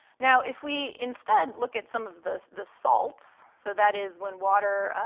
now, if we instead look at some of the the salts so that is, when water